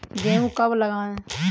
गेहूँ कब लगाएँ?